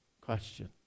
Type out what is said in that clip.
question